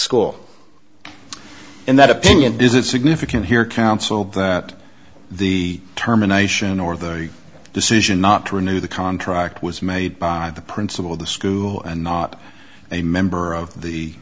school in that opinion is it significant here counseled that the terminations or the decision not to renew the contract was made by the principal of the school and not a member of the